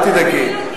אל תדאגי.